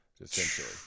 essentially